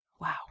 Wow